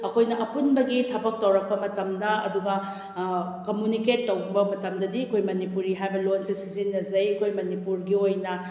ꯑꯩꯈꯣꯏꯅ ꯑꯄꯨꯟꯕꯒꯤ ꯊꯕꯛ ꯇꯧꯔꯛꯄ ꯃꯇꯝꯗ ꯑꯗꯨꯒ ꯀꯃꯨꯅꯤꯀꯦꯠ ꯇꯧꯕ ꯃꯇꯝꯗꯗꯤ ꯑꯩꯈꯣꯏ ꯃꯅꯤꯄꯨꯔꯤ ꯍꯥꯏꯕ ꯂꯣꯟꯁꯦ ꯁꯤꯖꯤꯟꯅꯖꯩ ꯑꯩꯈꯣꯏ ꯃꯅꯤꯄꯨꯔꯒꯤ ꯑꯣꯏꯅ